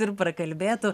ir prakalbėtų